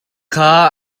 kha